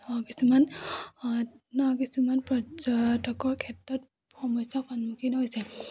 কিছুমান কিছুমান পৰ্যটকৰ ক্ষেত্ৰত সমস্যাৰ সন্মুখীন হৈছে